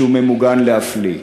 והוא ממוגן להפליא.